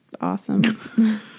awesome